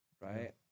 Right